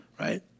right